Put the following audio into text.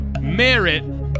merit